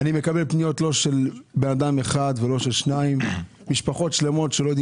אני מקבל פניות לא של אדם אחד ולא של שניים אלא משפחות שלמות שלא יודעות